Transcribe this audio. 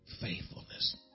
faithfulness